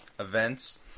Events